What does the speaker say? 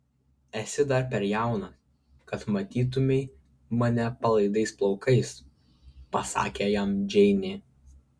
esi dar per jaunas kad matytumei mane palaidais plaukais pasakė jam džeinė